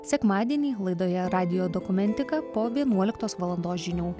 sekmadienį laidoje radijo dokumentika po vienuoliktos valandos žinių